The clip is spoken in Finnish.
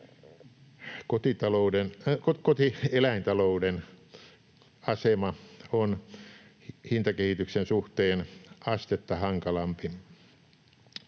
Kotieläintalouden asema on hintakehityksen suhteen astetta hankalampi.